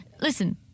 Listen